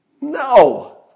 No